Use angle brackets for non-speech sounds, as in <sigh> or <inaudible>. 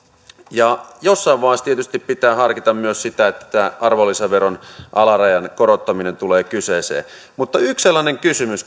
ja jossain vaiheessa tietysti pitää harkita myös sitä että arvonlisäveron alarajan korottaminen tulee kyseeseen mutta yksi sellainen kysymys <unintelligible>